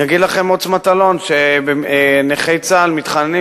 יגיד לכם מוץ מטלון שנכי צה"ל מתחננים